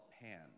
Pan